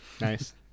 Nice